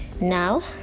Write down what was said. Now